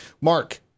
Mark